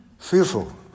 Fearful